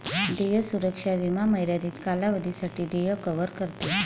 देय सुरक्षा विमा मर्यादित कालावधीसाठी देय कव्हर करते